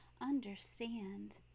understand